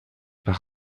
par